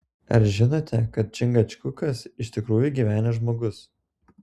ar žinote kad čingačgukas iš tiesų gyvenęs žmogus